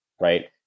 Right